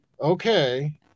okay